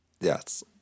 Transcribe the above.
Yes